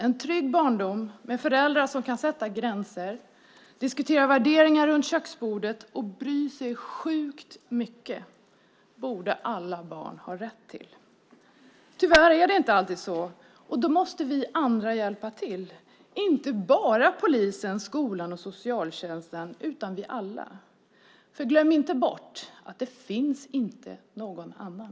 En trygg barndom med föräldrar som kan sätta gränser, diskuterar värderingar runt köksbordet och bryr sig sjukt mycket borde alla barn ha rätt till. Tyvärr är det inte alltid så, och då måste vi andra hjälpa till, inte bara polisen, skolan och socialtjänsten utan vi alla. Glöm inte bort att det inte finns någon annan.